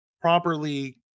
properly